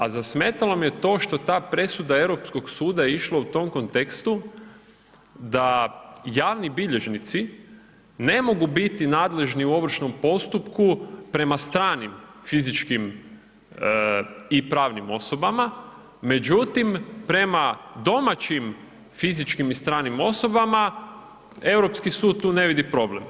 A zasmetalo me to što ta presuda Europskog suda je išla u tom kontekstu da javni bilježnici ne mogu biti nadležni u ovršnom postupku prema stranim fizičkim i pravnim osobama, međutim, prema domaćim fizičkim i stranim osobama, Europski sud tu ne vidi problem.